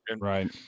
Right